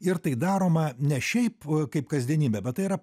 ir tai daroma ne šiaip kaip kasdienybė bet tai yra